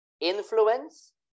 influence